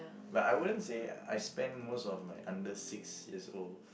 but I wouldn't say I spent most of my under six years old